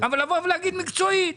אבל לבוא ולהגיד מקצועי.